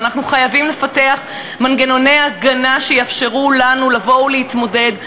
ואנחנו חייבים לפתח מנגנוני הגנה שיאפשרו לנו לבוא ולהתמודד,